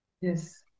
Yes